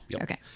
okay